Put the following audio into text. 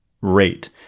rate